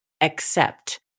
Accept